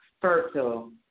Fertile